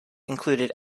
included